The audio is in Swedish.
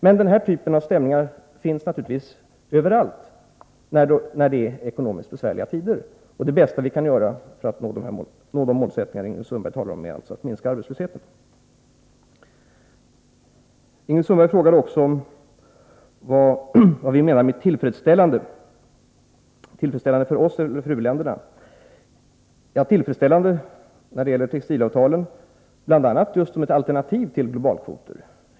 Men den här typen av stämningar finns naturligtvis överallt när det är ekonomiskt besvärliga tider. Det bästa vi kan göra för att nå de målsättningar Ingrid Sundberg talar om är att minska arbetslösheten. Ingrid Sundberg frågade också vad vi menar med tillfredsställande — om vi menar att det skall vara tillfredsställande för oss eller tillfredsställande för u-länderna? Ja, tillfredsställande när det gäller textilavtalen, bl.a. som ett alternativ till globalkvoter.